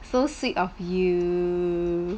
so sick of you